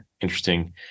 interesting